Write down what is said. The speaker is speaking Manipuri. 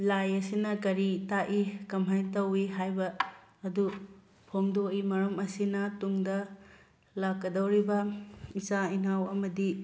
ꯂꯥꯏ ꯑꯁꯤꯅ ꯀꯔꯤ ꯇꯥꯛꯏ ꯀꯝꯍꯥꯏꯅ ꯇꯧꯏ ꯍꯥꯏꯕ ꯑꯗꯨ ꯐꯣꯡꯗꯣꯛꯏ ꯃꯔꯝ ꯑꯁꯤꯅ ꯇꯨꯡꯗ ꯂꯥꯛꯀꯗꯧꯔꯤꯕ ꯏꯆꯥ ꯏꯅꯥꯎ ꯑꯃꯗꯤ